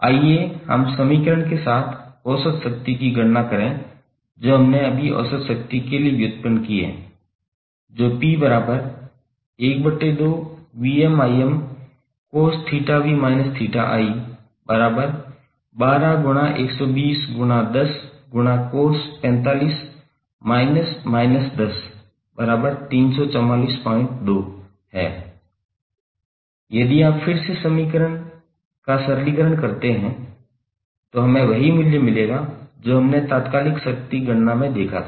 आइए हम समीकरण के साथ औसत शक्ति की गणना करें जो हमने अभी औसत शक्ति के लिए व्युत्पन्न की है जो 𝑃12cos𝜃𝑣−𝜃𝑖12∗120∗10∗𝑐𝑜𝑠45−−103442 है यदि आप फिर से सरलीकरण करते हैं तो हमें वही मूल्य मिलेगा जो हमने तात्कालिक शक्ति गणना में देखा था